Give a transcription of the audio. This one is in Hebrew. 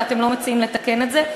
ואתם לא מציעים לתקן את זה,